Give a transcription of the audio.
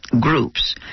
groups